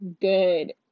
good